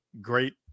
great